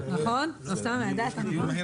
יש לי דיון מהיר